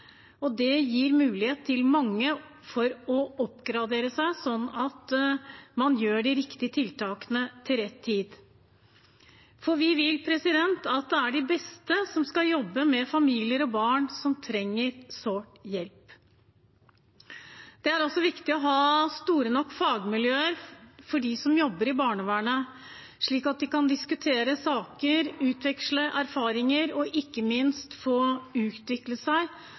og det gir mange en mulighet til å oppgradere seg, slik at man gjør de riktige tiltakene til rett tid. Vi vil at det er de beste som skal jobbe med familier og barn som sårt trenger hjelp. Det er altså viktig å ha store nok fagmiljøer for dem som jobber i barnevernet, slik at de kan diskutere saker, utveksle erfaringer og ikke minst få mulighet til å utvikle seg